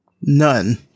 None